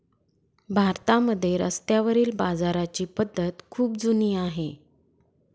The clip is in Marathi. भारतामध्ये रस्त्यावरील बाजाराची पद्धत खूप जुनी आहे